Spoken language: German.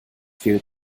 gilt